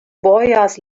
bojas